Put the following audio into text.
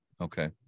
Okay